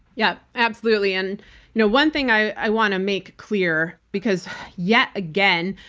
yeah. absolutely. and you know one thing i want to make clear because yet again,